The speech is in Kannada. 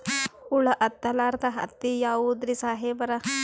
ಹುಳ ಹತ್ತಲಾರ್ದ ಹತ್ತಿ ಯಾವುದ್ರಿ ಸಾಹೇಬರ?